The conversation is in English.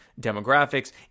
demographics